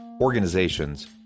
organizations